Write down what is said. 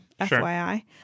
FYI